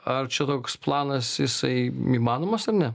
ar čia toks planas jisai įmanomas ar ne